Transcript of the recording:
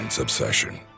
Obsession